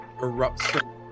erupts